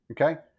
Okay